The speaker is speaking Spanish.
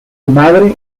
madre